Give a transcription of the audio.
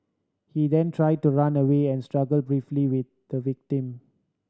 he then tried to run away and struggled briefly with the victim